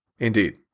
Indeed